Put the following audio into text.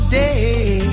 day